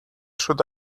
should